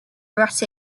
oils